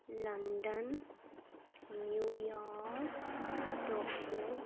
लड़न New York Tokyo